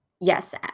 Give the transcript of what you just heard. Yes